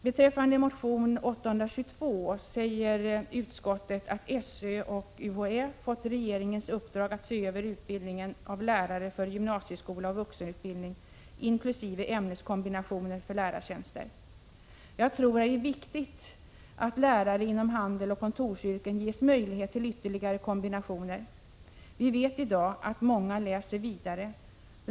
Beträffande motion Ub822 säger utskottet att SÖ och UHÄ fått regeringens uppdrag att se över utbildningen av lärare för gymnasieskola och vuxenutbildning inkl. ämneskombinationer för lärartjänster. Jag tror att det är viktigt att lärare inom handel och kontorsyrken ges möjlighet till ytterligare kombinationer. Vi vet i dag att många läser vidare.